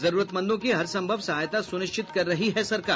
जरूरतमंदों की हर संभव सहायता सुनिश्चित कर रही है सरकार